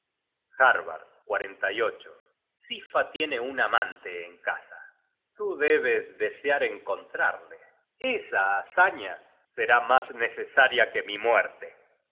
recibes un martillazo harbard sifa tiene un amante en casa tú debes desear encontrarle esa hazaña será mas necesaria que mi muerte